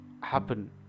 happen